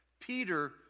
Peter